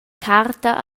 carta